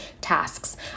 tasks